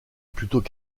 plutôt